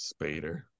Spader